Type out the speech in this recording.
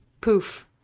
poof